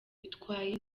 bitwaye